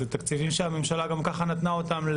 אלה תקציבים שהממשלה גם ככה נתנה אותם,